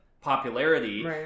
popularity